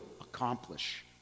accomplish